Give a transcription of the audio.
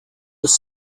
his